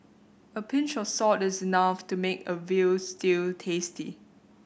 a pinch of salt is enough to make a veal stew tasty